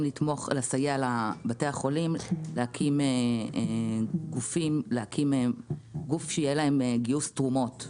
לסייע לבתי החולים להקים גוף שיהיה להם לגיוס תרומות.